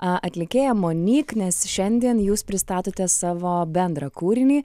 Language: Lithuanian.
atlikėja monik nes šiandien jūs pristatote savo bendrą kūrinį